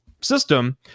system